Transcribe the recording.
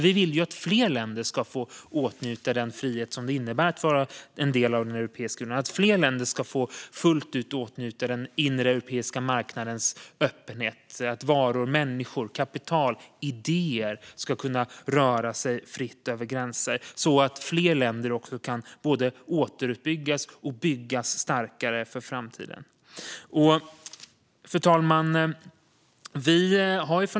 Vi vill ju att fler länder ska få åtnjuta den frihet som det innebär att vara en del av Europeiska unionen. Fler länder ska fullt ut få åtnjuta den inre europeiska marknadens öppenhet. Varor, människor, kapital och idéer ska kunna röra sig fritt över gränser så att fler länder också kan både återuppbyggas och byggas starkare för framtiden. Fru talman!